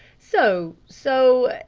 so so!